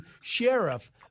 sheriff